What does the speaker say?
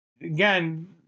again